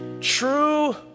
True